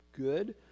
good